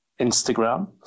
Instagram